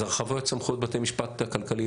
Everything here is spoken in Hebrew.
הרחבת סמכויות בתי המשפט הכלכליים,